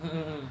mm mm